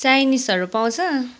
चाइनिजहरू पाउँछ